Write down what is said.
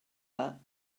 that